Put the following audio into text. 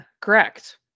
correct